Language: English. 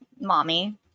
mommy